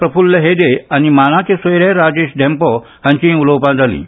प्रफुल्ल हेदे आनी मानाचे सोयरे राजेश धेंपो हांचींय उलोवपां जालीं